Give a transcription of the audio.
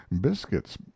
biscuits